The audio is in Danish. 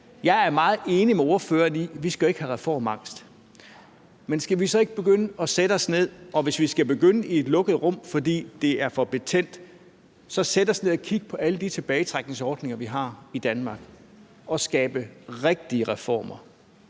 jeg er meget enig med ordføreren i, at vi jo ikke skal have reformangst. Men skal vi så ikke begynde at sætte os ned – og hvis det er for betændt, så begynde i et lukket rum – og kigge på alle de tilbagetrækningsordninger, vi har i Danmark, og skabe rigtige reformer